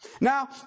Now